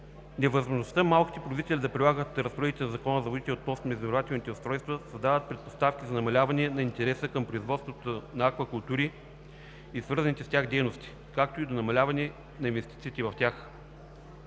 Невъзможността малките производители да прилагат разпоредбите на Закона за водите относно измервателните устройства създава предпоставки за намаляване на интереса към производството на аквакултури и свързаните с тях дейности, както и до намаляване на инвестициите в тях.